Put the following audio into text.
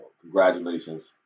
congratulations